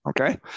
Okay